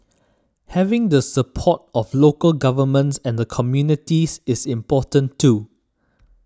having the support of local governments and the communities is important too